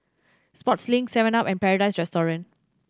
sportslink seven up and Paradise Restaurant